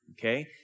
okay